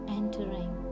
entering